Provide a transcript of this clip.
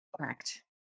correct